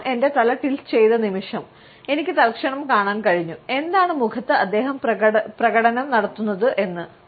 ഞാൻ എന്റെ തല ടിൽറ്റ് ചെയ്ത നിമിഷം എനിക്ക് തൽക്ഷണം കാണാൻ കഴിഞ്ഞു എന്താണ് മുഖത്ത് അദ്ദേഹം പ്രകടനം നടത്തുന്നത് എന്ന്